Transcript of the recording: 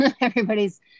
everybody's